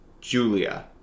Julia